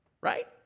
right